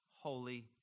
holy